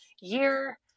year